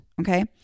Okay